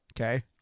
Okay